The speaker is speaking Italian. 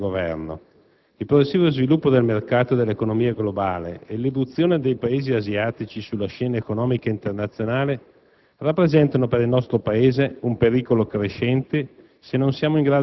Signor Presidente, onorevoli colleghi, rappresentanti del Governo, il progressivo sviluppo del mercato dell'economia globale e l'irruzione dei Paesi asiatici sulla scena economica internazionale